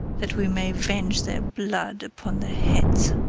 that we may venge their blood upon their heads.